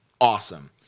Awesome